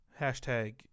Hashtag